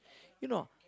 you know